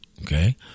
okay